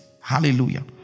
Hallelujah